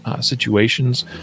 situations